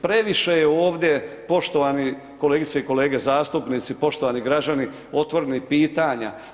Previše je ovdje poštovani kolegice i kolege zastupnici, poštovani građani otvorenih pitanja.